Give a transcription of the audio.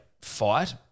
fight